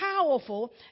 powerful